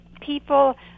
people